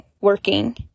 working